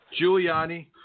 Giuliani